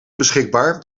beschikbaar